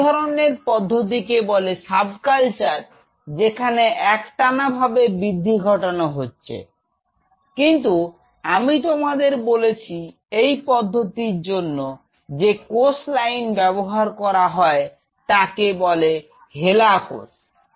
এই ধরনের পদ্ধতিকেই বলে সাব কালচার যেখানে একটানা ভাবে বৃদ্ধি ঘটানো হচ্ছে কিন্তু আমি তোমাদের বলেছি এই পদ্ধতির জন্য যে কোষ লাইন ব্যবহার করা হয় তাকে বলে হেলা কোষ 'Hela' cell